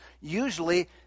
Usually